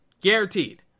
Guaranteed